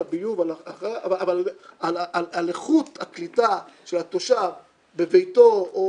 הביוב אבל על איכות הקליטה של התושב בביתו או